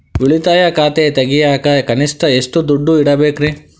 ಉಳಿತಾಯ ಖಾತೆ ತೆಗಿಯಾಕ ಕನಿಷ್ಟ ಎಷ್ಟು ದುಡ್ಡು ಇಡಬೇಕ್ರಿ?